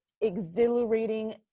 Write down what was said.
exhilarating